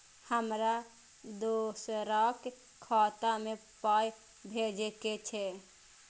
हमरा दोसराक खाता मे पाय भेजे के छै?